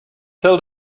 tell